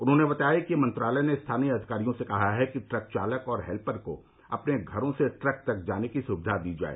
उन्होंने बताया कि मंत्रालय ने स्थानीय अधिकारियों से कहा है कि ट्रक चालक और हेल्पर को अपने घरों से ट्रक तक जाने की सुविधा दी जाए